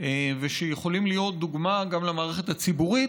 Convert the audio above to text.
ושיכולים להיות דוגמה גם למערכת הציבורית